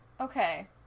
Okay